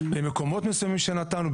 למקומות מסוימים שנתנו,